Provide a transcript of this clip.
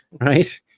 right